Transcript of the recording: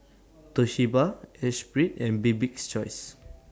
Toshiba Esprit and Bibik's Choice